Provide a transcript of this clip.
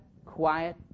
Quiet